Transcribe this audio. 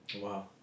Wow